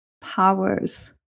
powers